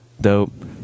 dope